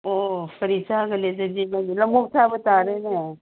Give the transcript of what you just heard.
ꯑꯣ ꯑꯣ ꯀꯔꯤ ꯆꯥꯒꯅꯤ ꯑꯗꯨꯗꯤ ꯅꯪꯒꯤ ꯂꯝꯑꯣꯛ ꯆꯥꯕ ꯇꯥꯔꯦꯅꯦ